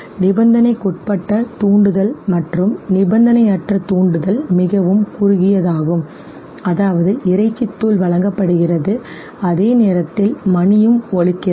நிபந்தனைக்குட்பட்ட தூண்டுதல் மற்றும் நிபந்தனையற்ற தூண்டுதல் மிகவும் குறுகியதாகும் அதாவது இறைச்சி தூள் வழங்கப்படுகிறது அதே நேரத்தில் மணியும் ஒலிக்கிறது